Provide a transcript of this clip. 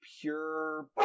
pure